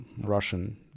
Russian